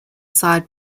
side